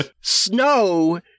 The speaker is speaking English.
Snow